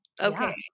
Okay